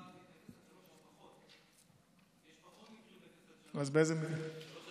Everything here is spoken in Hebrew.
יש פחות מקרים של אפס